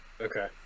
Okay